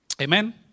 Amen